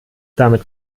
damit